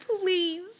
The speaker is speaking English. Please